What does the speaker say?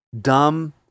dumb